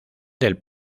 del